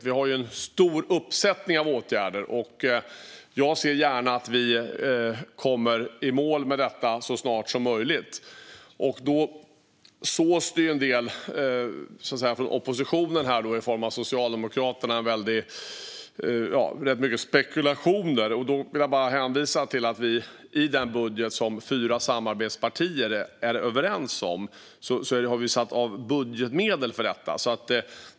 Vi har en stor uppsättning av åtgärder. Och jag ser gärna att vi kommer i mål med detta så snart som möjligt. Oppositionen i form av Socialdemokraterna kommer med väldigt många spekulationer. Jag vill då bara hänvisa till att vi i den budget som fyra samarbetspartier är överens om har satt av medel för detta.